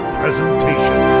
presentation